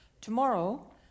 tomorrow